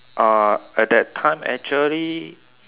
uh at that time actually